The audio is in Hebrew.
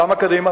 למה קדימה?